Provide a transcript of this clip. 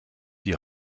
die